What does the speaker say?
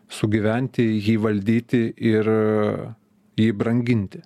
sugyventi jį valdyti ir jį branginti